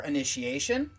Initiation